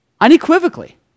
unequivocally